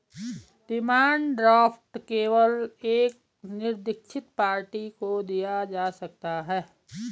demand draft केवल एक निरदीक्षित पार्टी को दिया जा सकता है